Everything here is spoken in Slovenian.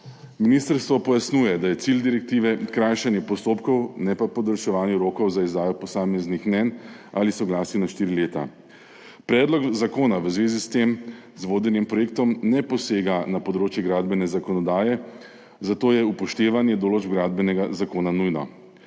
Ministrstvo pojasnjuje, da je cilj direktive krajšanje postopkov, ne pa podaljševanje rokov za izdajo posameznih mnenj ali soglasij na štiri leta. Predlog zakona v zvezi s tem, z vodenjem projektov ne posega na področje gradbene zakonodaje, zato je upoštevanje določb Gradbenega zakona nujno.